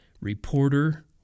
reporter